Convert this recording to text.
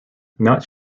nut